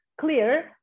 clear